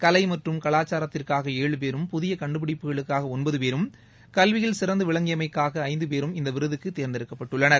கலை மற்றும் கவாச்சாரத்திற்காக ஏழு பேரும் புதிய கண்டுபிடிப்புகளுக்காக ஒன்பது பேரும் கல்வி சிறந்து விளங்கியமைக்காக ஐந்து பேரும் இந்த விருதுக்கு தேர்ந்தெடுக்கப்பட்டுள்ளனர்